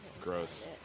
Gross